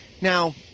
Now